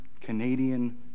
Canadian